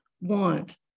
want